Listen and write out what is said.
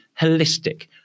holistic